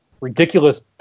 ridiculous